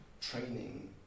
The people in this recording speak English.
training